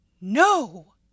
no